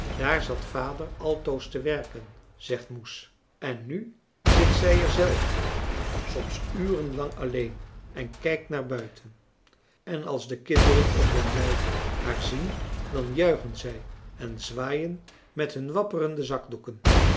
daar zat vader altoos te werken zegt moes en nu zit zij er zelve soms uren lang alleen en kijkt naar buiten en als de kinderen op den dijk haar zien dan juichen zij en zwaaien met hun wapperende zakdoeken